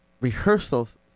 rehearsals